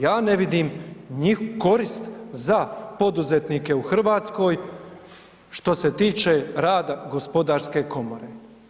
Ja ne vidim ni korist za poduzetnike u Hrvatskoj, što se tiče rada Gospodarske komore.